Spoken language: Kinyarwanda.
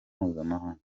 mpuzamahanga